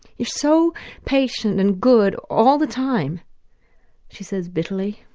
you're so patient and good all the time she says bitterly.